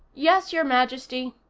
yes, your majesty,